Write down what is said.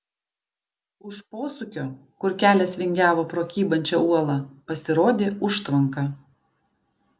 už posūkio kur kelias vingiavo pro kybančią uolą pasirodė užtvanka